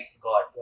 God